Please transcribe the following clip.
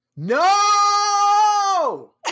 no